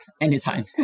anytime